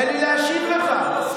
תן לי להשיב לך.